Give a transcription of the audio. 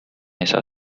esa